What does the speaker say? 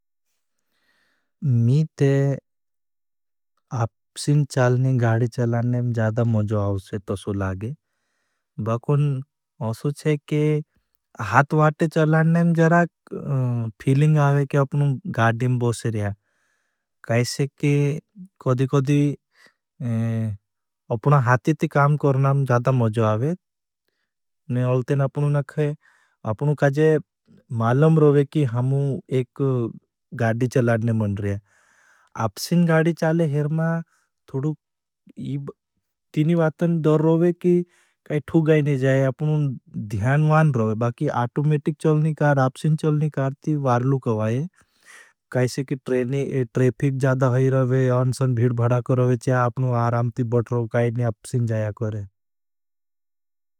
मैंने आपसिन चालने, गाड़ी चालने में ज़्यादा मज़व आओसे तोसो लागे। बकुन असो छे के हाथ वाटे चालने में ज़्यादा फीलिंग आओए के आपनु गाड़ी में बोसरिया। कैसे के कदी कदी अपना हाथी ती काम करना में ज़्यादा मज़व आओए। ने अलते न आपनु नखे, आपनु काजे मालम रोवे की हमु एक गाड़ी चालाडने मन रहे हैं। अपसिन गाड़ी चाले हेर मा थोड़ू थीनी वातन दर रोवे की काई ठूगाइने जाए, आपनु ध्यान वान रोवे। बाकि आटुमेटिक चालनी कार, अपसिन चालनी कार ती वारलू कवाए। कैसे की ट्रेनी, ट्रेफिक जादा है रोवे, अंसन भीड भड़ा कर रोवे, चेहाँ आपनु आराम ती बत रोवे, काईनी अपसिन जाया करें।